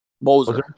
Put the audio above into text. Moser